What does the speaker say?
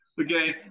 okay